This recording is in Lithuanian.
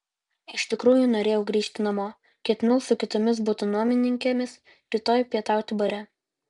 iš tikrųjų norėjau grįžti namo ketinau su kitomis buto nuomininkėmis rytoj pietauti bare